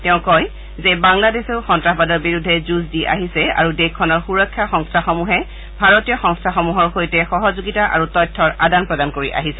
তেওঁ কয় যে বাংলাদেশেও সন্ত্ৰাসবাদৰ বিৰুদ্ধে যুঁজ দি আহিছে আৰু দেশখনৰ সুৰক্ষা সংস্থাসমূহে ভাৰতীয় সংস্থাসমূহৰ সৈতে সহযোগিতা আৰু তথ্যৰ আদান প্ৰদান কৰি আহিছে